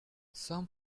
some